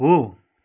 हो